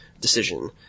decision